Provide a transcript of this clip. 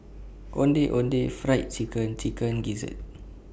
Ondeh Ondeh Fried Chicken and Chicken Gizzard